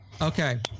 Okay